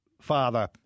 father